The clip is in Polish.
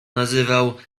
nazywał